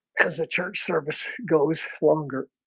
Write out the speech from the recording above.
as the church service goes longer